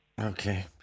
Okay